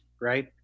right